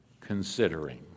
considering